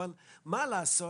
אבל מה לעשות,